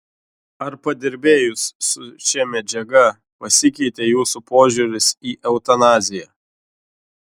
ar padirbėjus su šia medžiaga pasikeitė jūsų požiūris į eutanaziją